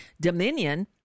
Dominion